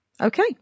Okay